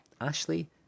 Ashley